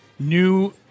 New